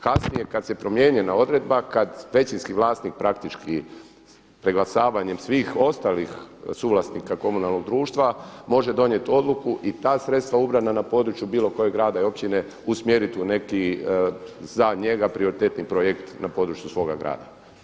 Kasnije kad je promijenjena odredba, kad većinski vlasnik praktički preglasavanjem svih ostalih suvlasnika komunalnog društva može donijeti odluku i ta sredstva ubrana na području bilo kojeg grada i općine usmjeriti u neki za njega prioritetni projekt na području svoga grada.